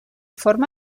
forma